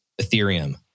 Ethereum